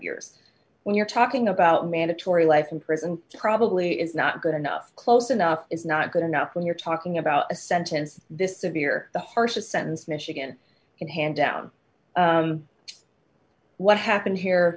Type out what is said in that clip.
years when you're talking about mandatory life in prison probably is not good enough close enough is not good enough when you're talking about a sentence this severe the harshest sentence michigan can hand out what happened here